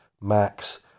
max